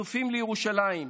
הכיסופים לירושלים,